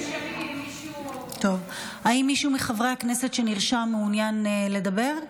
האם מישהו מחברי הכנסת שנרשם מעוניין לדבר,